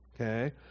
Okay